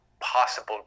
possible